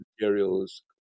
materials